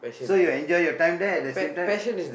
so you enjoy your time there at the same time